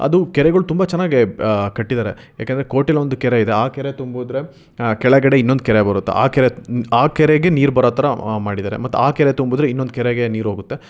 ಅದು ಕೆರೆಗಳು ತುಂಬ ಚೆನ್ನಾಗೆ ಬ್ ಕಟ್ಟಿದ್ದಾರೆ ಯಾಕೆಂದರೆ ಕೋಟೆಲ್ಲೊಂದು ಕೆರೆ ಇದೆ ಆ ಕೆರೆ ತುಂಬಿದ್ರೆ ಕೆಳಗಡೆ ಇನ್ನೊಂದು ಕೆರೆ ಬರುತ್ತೆ ಆ ಕೆರೆ ಆ ಕೆರೆಗೆ ನೀರು ಬರೋ ಥರ ಮಾಡಿದ್ದಾರೆ ಮತ್ತು ಆ ಕೆರೆ ತುಂಬಿದ್ರೆ ಇನ್ನೊಂದು ಕೆರೆಗೆ ನೀರು ಹೋಗುತ್ತೆ